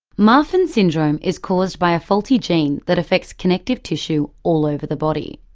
marfan's syndrome is caused by a faulty gene that affects connective tissue all over the body.